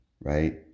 right